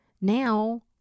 Now